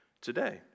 today